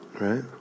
Right